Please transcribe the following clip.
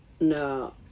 No